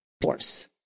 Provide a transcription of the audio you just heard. force